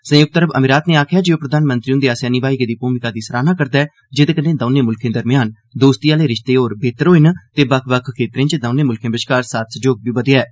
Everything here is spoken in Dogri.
संयुक्त अरब अमिरात नै आक्खेआ ऐ जे ओह् प्रधानमंत्री हुंदे आस्सेआ नमाई गेदी भूमका दी सराहना करदा ऐ जेहदे कन्नै दौने मुल्खे बश्कार दोस्ती आले रिश्ते होर बेहतर होए न ते बक्ख बक्ख क्षेत्रें च दौनें मुल्खें बश्कार साथ सैह्योग बघेआ ऐ